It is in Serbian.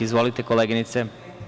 Izvolite, koleginice.